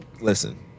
Listen